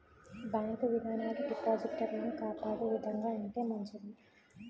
bank విధానాలు డిపాజిటర్లను కాపాడే విధంగా ఉంటే మంచిది